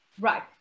Right